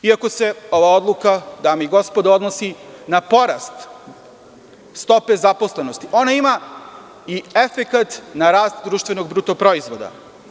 Iako se ova odluka, dame i gospodo, odnosi na porast stope zaposlenosti, ona ima i efekat na rast društvenog bruto proizvoda.